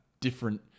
different